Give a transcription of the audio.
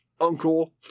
Uncle